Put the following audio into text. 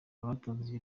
abatanze